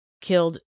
killed